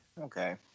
Okay